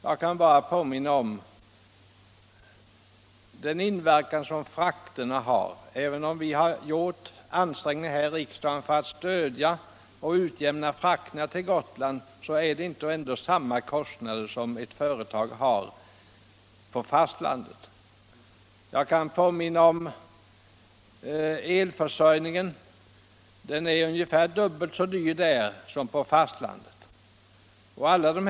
Jag kan påminna om den inverkan som frakterna har. Även om vi här i riksdagen har gjort ansträngningar för att jämna ut skillnaderna, är det gotländska näringslivet ändå inte likställt med företagen på fastlandet. Jag kan också påminna om att elkraften är ungefär dubbelt så dyr på Gotland som den är på fastlandet.